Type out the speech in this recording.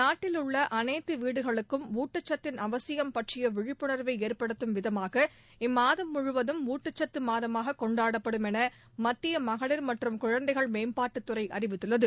நாட்டில் உள்ள அனைத்து வீடுகளுக்கும் ஊட்டச்சத்தின் அவசியம் பற்றிய விழிப்புண்வை ஏற்படுத்தும் விதமாக இம்மாதம் முழுவதும் ஊட்டச்சத்து மாதமாக கொண்டாடப்படும் என மத்திய மகளிர் மற்றும் குழந்தைகள் மேம்பாட்டுத் துறை அறிவித்துள்ளது